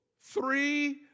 Three